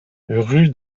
rue